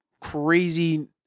crazy